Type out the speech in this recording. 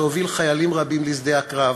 שהוביל חיילים רבים לשדה הקרב,